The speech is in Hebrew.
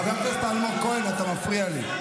חבר הכנסת אלמוג כהן, אתה מפריע לי.